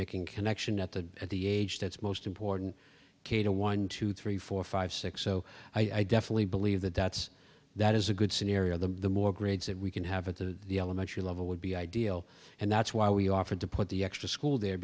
making connections at the at the age that's most important k to one two three four five six so i definitely believe that that's that is a good scenario the the more grades that we can have at the the elementary level would be ideal and that's why we offered to put the extra school there